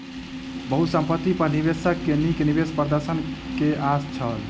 बहुसंपत्ति पर निवेशक के नीक निवेश प्रदर्शन के आस छल